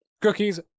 Cookies